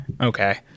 okay